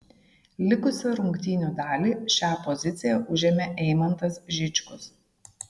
likusią rungtynių dalį šią poziciją užėmė eimantas žičkus